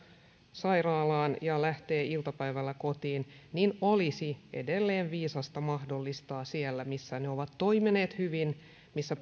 sairaalaan ja lähtee iltapäivällä kotiin olisi edelleen viisasta mahdollistaa siellä missä ne ovat toimineet hyvin missä